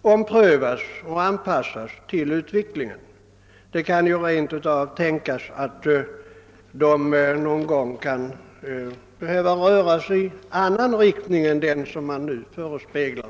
till behandling och anpassas till utvecklingen. Det kan rent av tänkas att de någon gång kan behöva ändras i annan riktning än den som nu förespeglas.